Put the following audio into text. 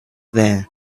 there